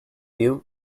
you